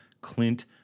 Clint